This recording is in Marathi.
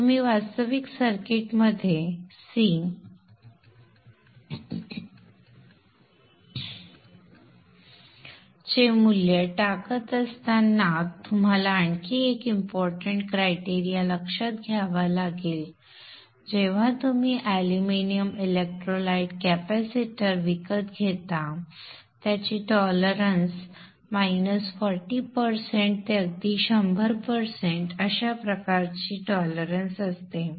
तुम्ही वास्तविक सर्किटमध्ये C चे मूल्य टाकत असताना तुम्हाला आणखी एक इम्पॉर्टंट क्रायटेरिया लक्षात घ्यावा लागेल जेव्हा तुम्ही अॅल्युमिनियम इलेक्ट्रोलाइट कॅपेसिटर विकत घेता ज्याची टॉलरन्स वजा चाळीस टक्के ते अगदी शंभर टक्के अशा प्रकारची टॉलरन्स असते